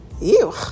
Ew